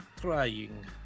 trying